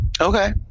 Okay